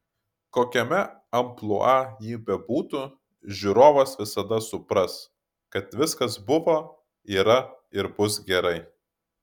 kokiame amplua ji bebūtų žiūrovas visada supras kad viskas buvo yra ir bus gerai